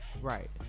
Right